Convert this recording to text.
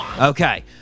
okay